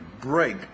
break